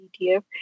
ETF